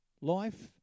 Life